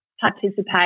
Participate